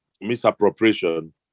Misappropriation